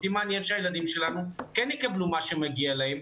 אותי מעניין שהילדים שלנו כן יקבלו מה שמגיע להם,